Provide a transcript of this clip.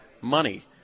money